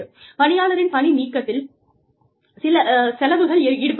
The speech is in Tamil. பணியாளரின் பணி நீக்கத்தில் சில செலவுகள் ஈடுபடுகின்றன